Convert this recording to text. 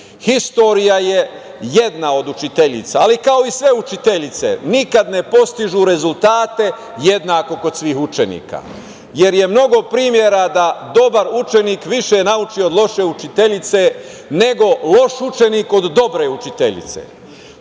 istorija je jedna od učiteljica, ali kao i sve učiteljice nikad ne postižu rezultate jednako kod svih učenika, jer je mnogo primera da dobar učenik više nauči od loše učiteljice, nego loš učenik od dobre učiteljice,